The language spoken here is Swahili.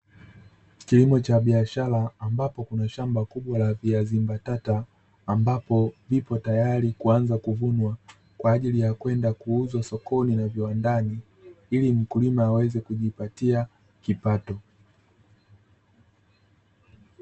Kilimo cha biashara ambapo kuna shamba kubwa la viazi mbatata, ambapo vipo tayari kuanza kuvunwa kwa ajili ya kwenda kuuzwa sokoni na viwandani ili mkulima aweze kujipatia kipato.